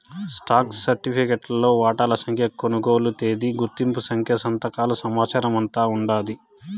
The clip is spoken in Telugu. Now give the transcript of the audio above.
స్టాక్ సరిఫికెట్లో వాటాల సంఖ్య, కొనుగోలు తేదీ, గుర్తింపు సంఖ్య, సంతకాల సమాచారమంతా ఉండాది